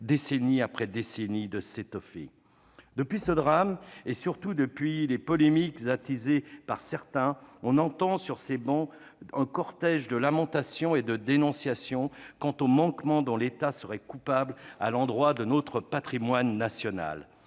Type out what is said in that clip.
décennie après décennie, de s'étoffer. Depuis ce drame, et surtout depuis les polémiques attisées par certains, on entend sur ces bancs un cortège de lamentations et de dénonciations quant au manquement dont l'État serait coupable à l'endroit de notre patrimoine national.